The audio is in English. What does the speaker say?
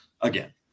again